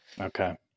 Okay